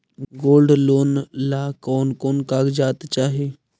Gold loan ला कौन कौन कागजात चाही?